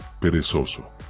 perezoso